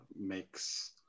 makes